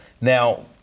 now